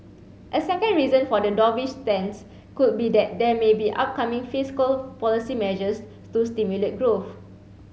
a second reason for the dovish stance could be that there may be upcoming fiscal policy measures to stimulate growth